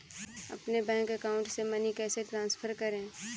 अपने bank account से money कैसे ट्रांसफर करें?